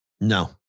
No